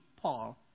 Paul